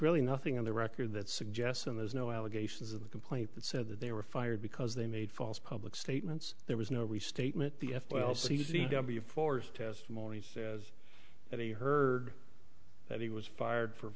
really nothing on the record that suggests and there's no allegations of the complaint that said that they were fired because they made false public statements there was no restatement the f well c c w force testimony says that he heard that he was fired for